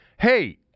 hey